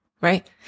right